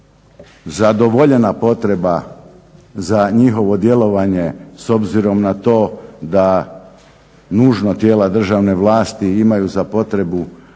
zadovoljena potreba za njihovo djelovanje s obzirom na to da nužno tijela državne vlasti imaju za potrebu